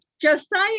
josiah